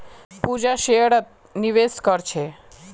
पूजा शेयरत निवेश कर छे